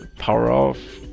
power off,